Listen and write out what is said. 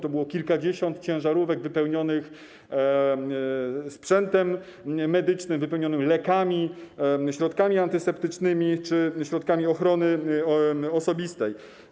To było kilkadziesiąt ciężarówek wypełnionych sprzętem medycznym, wypełnionych lekami, środkami antyseptycznymi czy środkami ochrony osobistej.